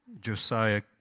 Josiah